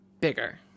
Bigger